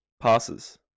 Passes